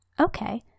Okay